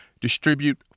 distribute